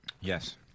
Yes